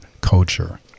culture